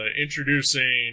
introducing